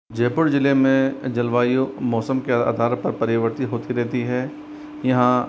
जयपुर ज़िले में जलवायु मौसम के आधार पर परिवर्तित होती रहती है यहाँ